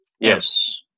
Yes